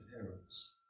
parents